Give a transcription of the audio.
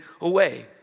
away